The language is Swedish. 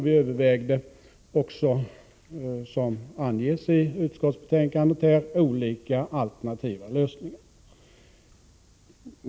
Vi övervägde också, som anges i utskottsbetänkandet, olika alternativa lösningar.